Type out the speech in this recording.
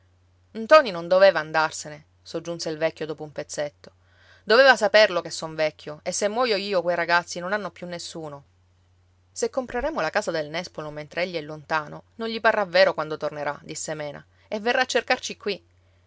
ntoni non doveva andarsene soggiunse il vecchio dopo un pezzetto doveva saperlo che son vecchio e se muoio io quei ragazzi non hanno più nessuno se compreremo la casa del nespolo mentre egli è lontano non gli parrà vero quando tornerà disse mena e verrà a cercarci qui